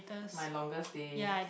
my longest day